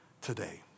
today